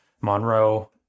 Monroe